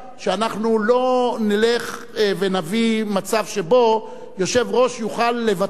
שלא נלך ונביא מצב שבו יושב-ראש יוכל לבטל,